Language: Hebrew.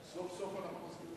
סוף-סוף אנחנו מסכימים.